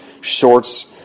shorts